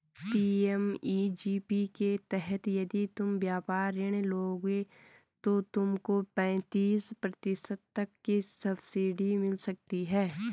PMEGP के तहत यदि तुम व्यापार ऋण लोगे तो तुमको पैंतीस प्रतिशत तक की सब्सिडी मिल सकती है